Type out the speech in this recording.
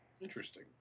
Interesting